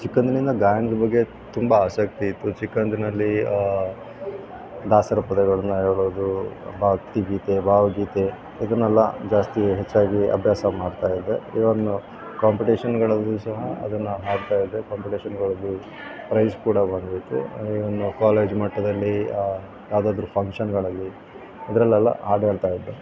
ಚಿಕ್ಕಂದಿನಿಂದ ಗಾಯನದ ಬಗ್ಗೆ ತುಂಬಾ ಆಸಕ್ತಿ ಇತ್ತು ಚಿಕ್ಕಂದಿನಲ್ಲಿ ದಾಸರ ಪದಗಳನ್ನ ಹೇಳೋದು ಭಕ್ತಿಗೀತೆ ಭಾವಗೀತೆ ಇದನ್ನೆಲ್ಲ ಜಾಸ್ತಿ ಹೆಚ್ಚಾಗಿ ಅಭ್ಯಾಸ ಮಾಡ್ತಾಯಿದ್ದೆ ಇವನ್ನು ಕಾಂಪಿಟೇಷನ್ಗಳಲ್ಲಿಯೂ ಸಹ ಅದನ್ನು ಹಾಡ್ತಾಯಿದ್ದೆ ಕಾಂಪಿಟೇಷನ್ಗಳಲ್ಲಿ ಪ್ರೈಝ್ ಕೂಡ ಬಂದಿತ್ತು ಇನ್ನು ಕಾಲೇಜು ಮಟ್ಟದಲ್ಲಿ ಯಾವುದಾದ್ರು ಫಂಕ್ಷನ್ಗಳಲ್ಲಿ ಅದರಲ್ಲೆಲ್ಲಾ ಹಾಡ್ ಹೇಳ್ತಾಯಿದ್ದೆ